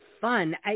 fun